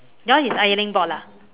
yours is ironing board lah